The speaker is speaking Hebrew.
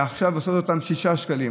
עכשיו הוא שישה שקלים.